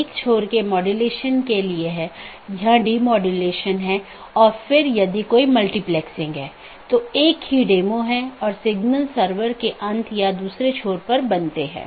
इसलिए यह महत्वपूर्ण है और मुश्किल है क्योंकि प्रत्येक AS के पास पथ मूल्यांकन के अपने स्वयं के मानदंड हैं